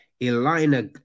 Elena